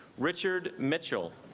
richard mitchell